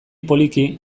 poliki